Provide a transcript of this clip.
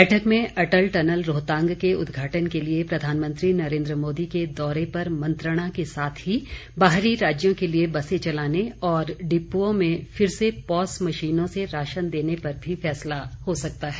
बैठक में अटल टनल रोहतांग के उद्घाटन के लिये प्रधानमंत्री नरेंद्र मोदी के दौरे पर मंत्रणा के साथ ही बाहरी राज्यों के लिये बसें चलाने और डिपुओं में फिर से पॉस मशीनों से राशन देने पर भी फैसला हो सकता है